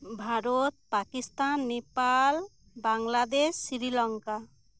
Bharat Pakistan Nepal Bangladesh Sri Lanka